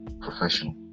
professional